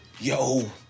Yo